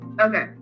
Okay